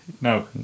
No